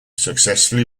successfully